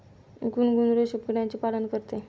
गुनगुन रेशीम किड्याचे पालन करते